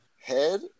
head